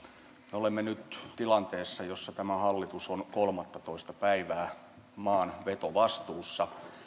me olemme nyt tilanteessa jossa tämä hallitus on kolmattatoista päivää maan vetovastuussa